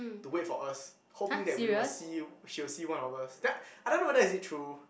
to wait for us hoping that we will see she will see one of us that I don't know whether is it true